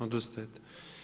Odustajete?